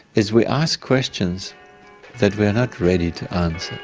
is we ask questions that we are not ready to answer.